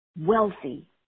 wealthy